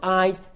eyes